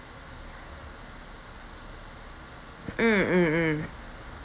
mm mm mm